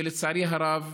ולצערי הרב,